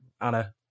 Anna